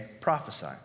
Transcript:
prophesy